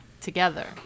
together